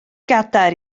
gadair